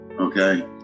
okay